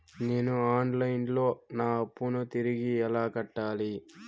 నేను online లో నా అప్పును తిరిగి ఎలా కట్టాలి?